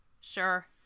Sure